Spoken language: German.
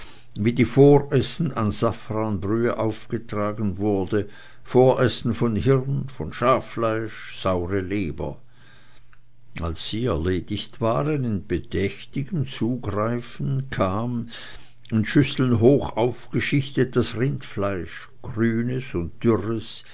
wie die voressen an safranbrühe aufgetragen wurden voressen von hirn von schaffleisch saure leber als die erledigt waren in bedächtigem zugreifen kam in schüsseln hoch aufgeschichtet das rindfleisch grünes und dürres